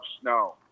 snow